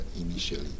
initially